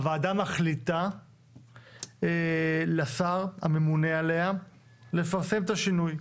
הוועדה מחליטה לשר הממונה עליה לפרסם את השינוי.